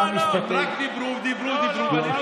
הם רק דיברו, דיברו, דיברו, ואני לא דיברתי.